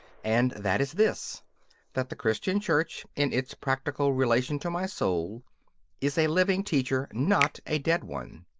and that is this that the christian church in its practical relation to my soul is a living teacher, not a dead one.